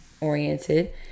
oriented